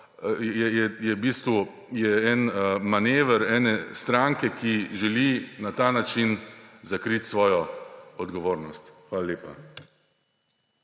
je v bistvu manever ene stranke, ki želi na ta način zakriti svojo odgovornost. Hvala lepa.